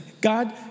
God